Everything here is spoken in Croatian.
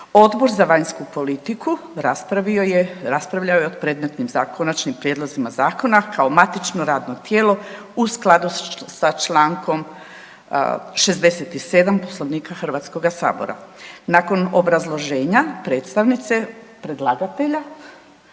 Odbor za vanjsku politiku raspravio je, raspravljao je o predmetnim konačnim prijedlozima zakona kao matično radno tijelo u skladu sa čl. 67. Poslovnika HS. Nakon obrazloženja predstavnice predlagatelja